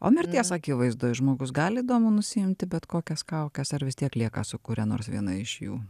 o mirties akivaizdoj žmogus gali įdomu nusiimti bet kokias kaukes ar vis tiek lieka su kuria nors viena iš jų